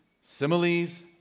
similes